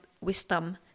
wisdom